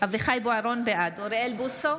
אוריאל בוסו,